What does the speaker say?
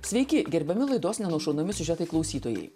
sveiki gerbiami laidos nenušaunami siužetai klausytojai